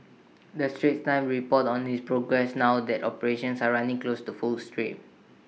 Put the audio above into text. the straits times reports on its progress now that operations are running close to full stream